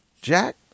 Jack